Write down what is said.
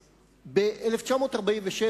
ב-1947,